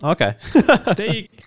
Okay